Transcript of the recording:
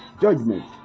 judgment